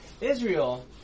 Israel